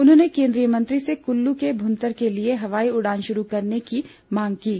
उन्होंने केंद्रीय मंत्री से कुल्लू के भुंतर के लिए हवाई उड़ान शुरू करने की मांग की है